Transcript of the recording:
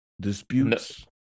Disputes